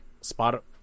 spot